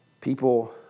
people